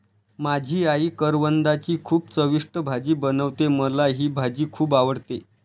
माझी आई करवंदाची खूप चविष्ट भाजी बनवते, मला ही भाजी खुप आवडते